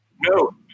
No